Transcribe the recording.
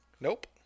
Nope